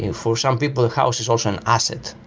and for some people, a house is also an asset.